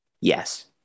Yes